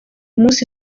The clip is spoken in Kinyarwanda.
munsi